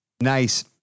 nice